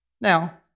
Now